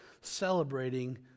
celebrating